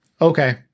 okay